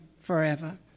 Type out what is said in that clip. forever